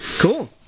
cool